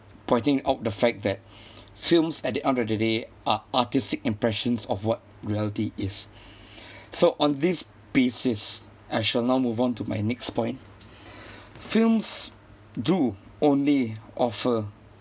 pointing out the fact that films at the end of the day are artistic impressions of what reality is so on this basis I shall now move on to my next point films do only offer